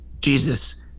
Jesus